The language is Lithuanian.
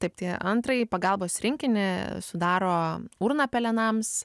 taip tai antrąjį pagalbos rinkinį sudaro urna pelenams